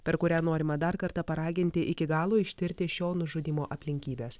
per kurią norima dar kartą paraginti iki galo ištirti šio nužudymo aplinkybes